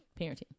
Parenting